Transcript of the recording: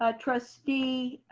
ah trustee